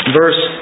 verse